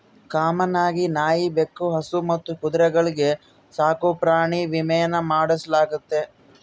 common ಆಗಿ ನಾಯಿ, ಬೆಕ್ಕು, ಹಸು ಮತ್ತು ಕುದುರೆಗಳ್ಗೆ ಸಾಕುಪ್ರಾಣಿ ವಿಮೇನ ಮಾಡಿಸಲಾಗ್ತತೆ